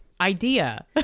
idea